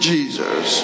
Jesus